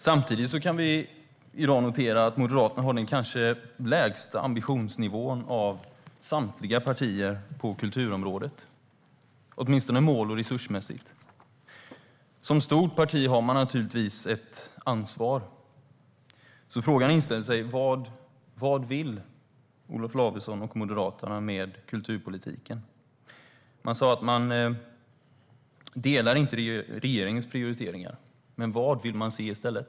Samtidigt kan vi i dag notera att Moderaterna har den kanske lägsta ambitionsnivån av samtliga partier på kulturområdet, åtminstone mål och resursmässigt. Som stort parti har man naturligtvis ett ansvar. Frågan inställer sig: Vad vill Olof Lavesson och Moderaterna med kulturpolitiken? Man sa att man inte delar regeringens prioriteringar, men vad vill man se i stället?